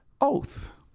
oath